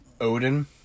Odin